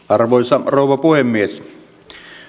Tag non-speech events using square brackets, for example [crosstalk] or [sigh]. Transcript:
[unintelligible] arvoisa rouva puhemies